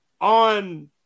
on